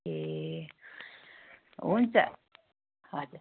ए हुन्छ हजुर